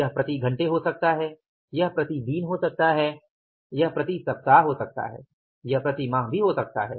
यह प्रति घंटे हो सकता है यह प्रति दिन हो सकता है यह प्रति सप्ताह हो सकता है यह प्रति माह हो सकता है